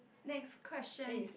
next question